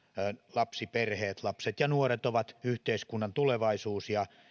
lapsiperheet lapset ja nuoret ovat yhteiskunnan tulevaisuus ja